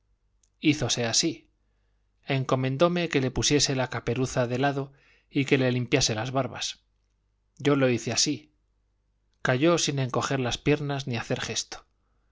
prolijo hízose así encomendóme que le pusiese la caperuza de lado y que le limpiase las barbas yo lo hice así cayó sin encoger las piernas ni hacer gesto